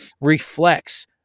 reflects